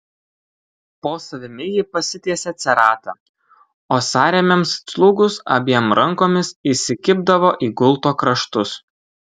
po savimi ji pasitiesė ceratą o sąrėmiams atslūgus abiem rankomis įsikibdavo į gulto kraštus